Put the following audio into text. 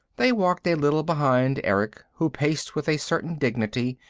they walked a little behind erick, who paced with a certain dignity,